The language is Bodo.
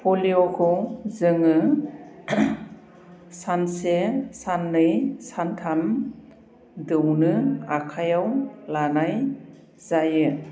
पलिय'खौ जोङो सानसे साननै सानथाम दौनो आखाइयाव लानाय जायो